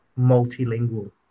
multilingual